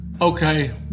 Okay